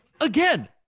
again